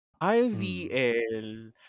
IVL